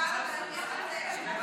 אני כאן, אבל אני אוותר.